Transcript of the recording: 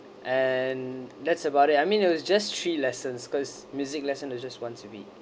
and that's about it I mean it was just three lessons cause music lesson you just want to be